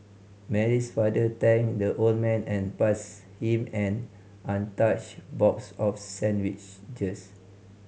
Mary's father thanked the old man and pass him an untouched box of sandwiches